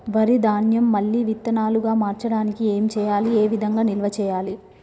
వరి ధాన్యము మళ్ళీ విత్తనాలు గా మార్చడానికి ఏం చేయాలి ఏ విధంగా నిల్వ చేయాలి?